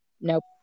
nope